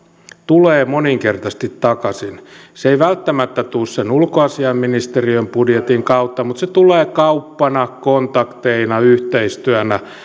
tulee moninkertaisesti takaisin se ei välttämättä tule sen ulkoasiainministeriön budjetin kautta mutta se tulee kauppana kontakteina yhteistyönä